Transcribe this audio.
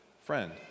friend